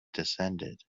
descended